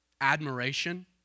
admiration